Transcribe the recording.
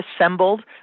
assembled